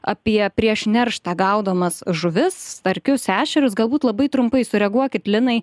apie prieš nerštą gaudomas žuvis starkius ešerius galbūt labai trumpai sureaguokit linai